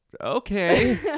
Okay